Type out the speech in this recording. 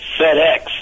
FedEx